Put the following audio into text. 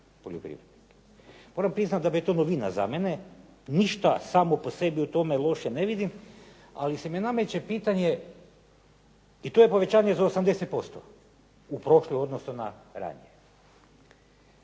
poljoprivrednik. Moram priznati da je to novina za mene. Ništa samo po sebi u tome loše ne vidim. Ali se nameće pitanje i to je povećanje za 80% u prošloj u odnosu na ranije.